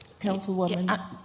Councilwoman